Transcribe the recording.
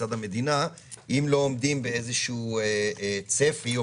מצד המדינה אם לא עומדים באיזה שהוא צפי או